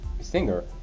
singer